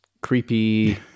Creepy